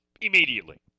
immediately